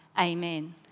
Amen